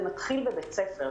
זה מתחיל בבית הספר.